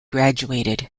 graduated